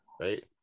right